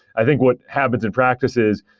i think what habits and practices,